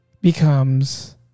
becomes